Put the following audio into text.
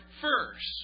first